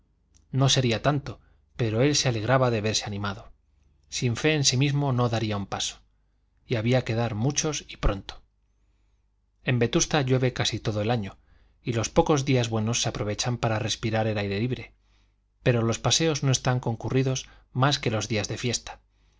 no sería tanto pero él se alegraba de verse animado sin fe en sí mismo no daría un paso y había que dar muchos y pronto en vetusta llueve casi todo el año y los pocos días buenos se aprovechan para respirar el aire libre pero los paseos no están concurridos más que los días de fiesta